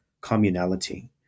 communality